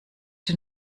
den